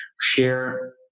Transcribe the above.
share